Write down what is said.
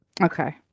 okay